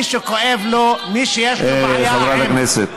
מי שכואב לו, מי שיש לו בעיה עם, חברת הכנסת,